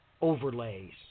overlays